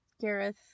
Gareth